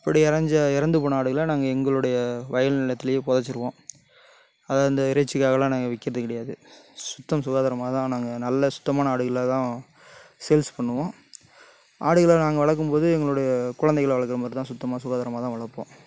அப்படி இறஞ்சி இறந்து போன ஆடுகளை நாங்கள் எங்களுடைய வயல் நிலத்துலயே புதச்சிருவோம் அதை இந்த இறைச்சிக்காகலாம் நாங்கள் விற்கிறது கிடையாது சுத்தம் சுகாதாரமாக தான் நாங்கள் நல்ல சுத்தமான ஆடுகளை தான் சேல்ஸ் பண்ணுவோம் ஆடுகளை நாங்கள் வளர்க்கும் போது எங்களுடைய குழந்தைகளை வளர்க்குற மாதிரி தான் சுத்தமாக சுகாதாரமாக தான் வளர்ப்போம்